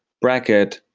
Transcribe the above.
bracket,